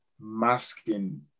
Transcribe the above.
masking